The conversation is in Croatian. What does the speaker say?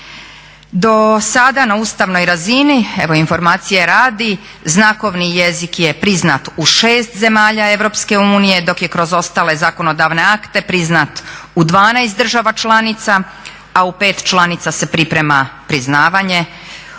Do sada na ustavnoj razini evo informacije radi znakovni jezik je priznat u 6 zemalja EU, dok je kroz ostale zakonodavne akte priznat u 12 država članica, a u 5 članica se priprema priznavanje.